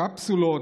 הקפסולות,